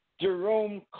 Jerome